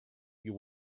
you